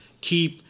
Keep